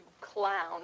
clown